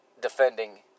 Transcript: defending